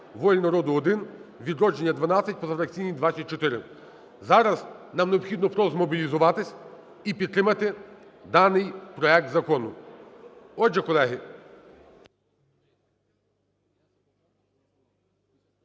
"Воля народу" – 1, "Відродження" – 12, позафракційні – 24. Зараз нам необхідно просто змобілізуватися і підтримати даний проект закону. Отже, колеги...